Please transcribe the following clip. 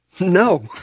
No